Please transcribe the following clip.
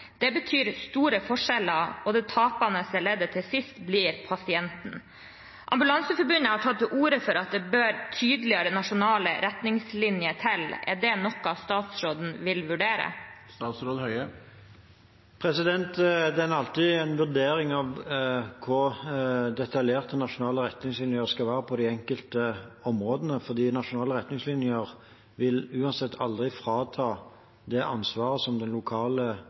Det betyr store forskjeller, og det tapende leddet til sist blir pasienten. Ambulanseforbundet har tatt til orde for at det bør tydeligere nasjonale retningslinjer til. Er det noe statsråden vil vurdere? Det er alltid en vurdering av hvor detaljerte nasjonale retningslinjer skal være på de enkelte områdene, for nasjonale retningslinjer vil uansett aldri frata den lokale ledelsen det ansvaret